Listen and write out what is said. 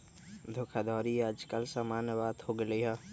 धोखाधड़ी याज काल समान्य बात हो गेल हइ